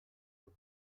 book